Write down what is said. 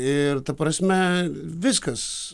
ir ta prasme viskas